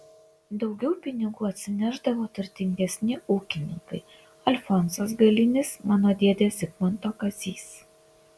daugiau pinigų atsinešdavo turtingesni ūkininkai alfonsas galinis mano dėdė zigmanto kazys